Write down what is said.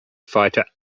fighter